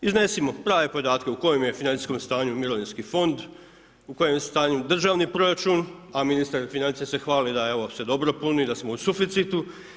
Iznesimo prave podatke u kojem je financijskom stanju mirovinski fond, u kojem je stanju državni proračun a ministar financija se hvali da evo se dobro puni, da smo u suficitu.